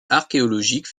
archéologique